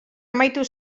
amaitu